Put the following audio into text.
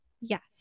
yes